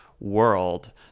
World